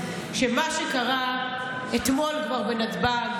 שמה שקרה אתמול כבר בנתב"ג,